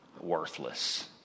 Worthless